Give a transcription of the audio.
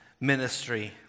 ministry